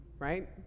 Right